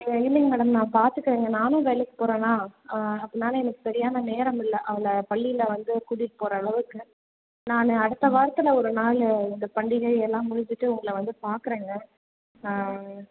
ஏ இல்லைங்க மேடம் நான் பார்த்துக்கறேங்க நானும் வேலைக்கு போகறேனா அதனால எனக்கு சரியான நேரம் இல்லை அவளை பள்ளியில வந்து கூட்டிகிட்டு போகற அளவுக்கு நான் அடுத்த வாரத்தில் ஒரு நாள் இந்த பண்டிகை எல்லாம் முடிச்சிவிட்டு உங்களை வந்து பார்க்கறேங்க